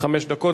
חמש דקות.